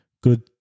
good